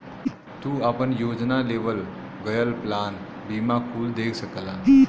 तू आपन योजना, लेवल गयल प्लान बीमा कुल देख सकला